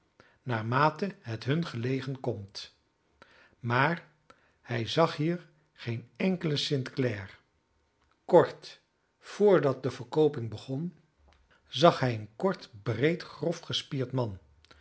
naarmate het hun gelegen komt maar hij zag hier geen enkelen st clare kort vrdat de verkooping begon zag hij een kort breed grof gespierd man